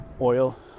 oil